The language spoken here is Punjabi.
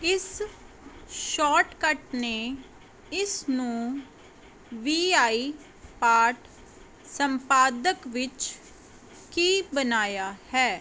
ਇਸ ਸ਼ੌਟਕੱਟ ਨੇ ਇਸ ਨੂੰ ਵੀਆਈ ਪਾਠ ਸੰਪਾਦਕ ਵਿੱਚ ਕੀ ਬਣਾਇਆ ਹੈ